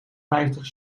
vijftig